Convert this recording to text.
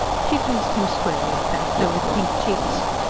she faced him squarely at that, though with pink cheeks.